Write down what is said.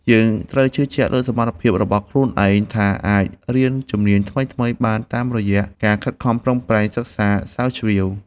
យើងត្រូវជឿជាក់លើសមត្ថភាពរបស់ខ្លួនឯងថាអាចរៀនជំនាញថ្មីៗបានតាមរយៈការខិតខំប្រឹងប្រែងសិក្សាស្រាវជ្រាវ។